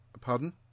pardon